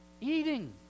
Eating